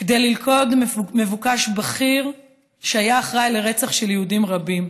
כדי ללכוד מבוקש בכיר שהיה אחראי לרצח יהודים רבים.